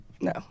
No